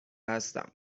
هستم